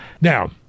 Now